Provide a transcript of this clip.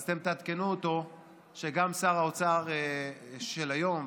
אז אתם תעדכנו אותו שגם שר האוצר של היום,